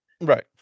Right